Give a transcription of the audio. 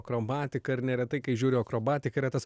akrobatiką ir neretai kai žiūri akrobatiką yra tas